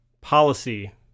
policy